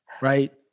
Right